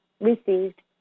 Received